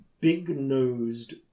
big-nosed